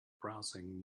browsing